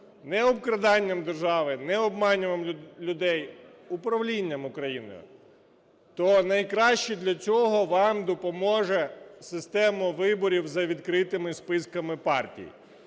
не обкраданням держави, не обманюванням людей – управлінням України, то найкраще для цього вам допоможе система виборів за відкритими списками партій,